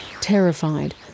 Terrified